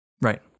Right